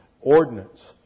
ordinance